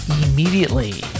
immediately